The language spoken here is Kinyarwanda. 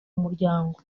muryango